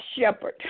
shepherd